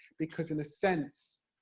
because in a sense,